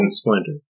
splinter